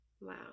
wow